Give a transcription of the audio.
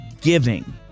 giving